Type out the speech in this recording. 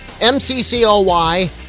M-C-C-O-Y